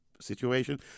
situation